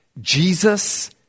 Jesus